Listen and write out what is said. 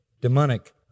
demonic